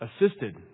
assisted